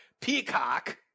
Peacock